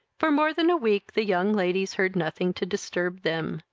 for more than a week the young ladies heard nothing to disturb them.